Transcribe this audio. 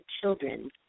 children